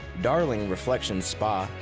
darling reflections spa,